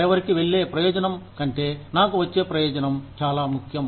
మరెవరికీ వెళ్లే ప్రయోజనం కంటే నాకు వచ్చే ప్రయోజనం చాలా ముఖ్యం